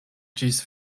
ĝis